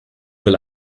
will